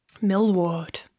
Millward